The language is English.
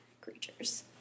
creatures